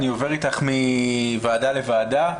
אני עובר איתך מוועדה לוועדה,